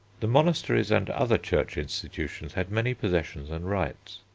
the monasteries and other church institutions had many possessions and rights.